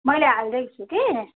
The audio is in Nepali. मैले हालिदिएको छु कि